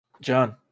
John